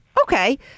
Okay